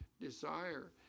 desire